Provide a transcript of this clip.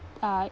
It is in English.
uh